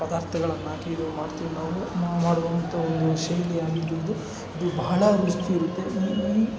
ಪದಾರ್ಥಗಳನ್ನು ಹಾಕಿ ಇದು ಮಾಡ್ತೀವಿ ನಾವು ನಾವು ಮಾಡುವಂತಹ ಒಂದು ಶೈಲಿಯಾಗಿರ್ಬೋದು ಇದು ಬಹಳ ಒಂದಿಷ್ಟಿರುತ್ತೆ